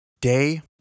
Day